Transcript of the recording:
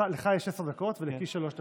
לך יש עשר דקות ולקיש יש שלוש דקות,